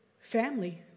family